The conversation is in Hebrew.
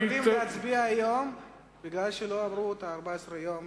לא היינו יכולים להצביע היום, כי לא עברו ה-14 יום